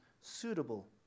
suitable